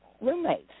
roommates